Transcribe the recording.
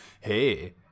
Hey